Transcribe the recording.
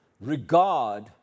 regard